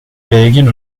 belgien